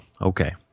okay